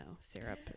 syrup